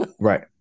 Right